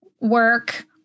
work